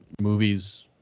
movies